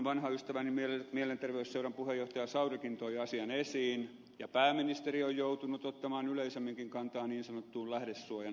vanha ystäväni mielenterveysseuran puheenjohtaja saurikin toi asian esiin ja pääministeri on joutunut ottamaan yleisemminkin kantaa niin sanottuun lähdesuojan heikentämislakikeskusteluun